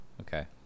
Okay